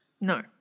No